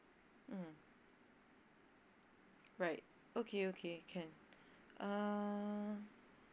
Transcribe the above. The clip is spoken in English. mm right okay okay can err